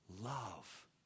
Love